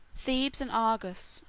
thebes and argos,